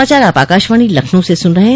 यह समाचार आप आकाशवाणी लखनऊ से सुन रहे ह